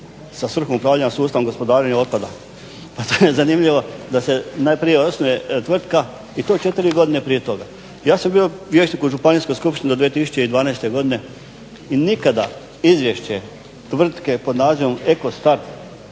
sa svrhom upravljanja sustavom gospodarenja otpada. To je zanimljivo da se najprije osnuje tvrtka i to četiri godine prije toga. Ja sam bio vijećnik u županijskoj skupštini od 2012. Godine i nikada izvješće tvrtke pod nazivom Ekostart